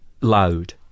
Loud